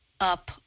up